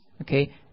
Okay